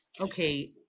okay